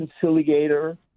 conciliator